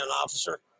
Officer